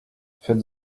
faites